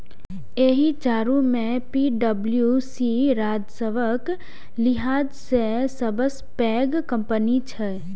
एहि चारू मे पी.डब्ल्यू.सी राजस्वक लिहाज सं सबसं पैघ कंपनी छै